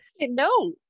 No